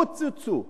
קוצצו.